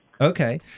Okay